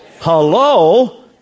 Hello